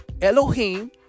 Elohim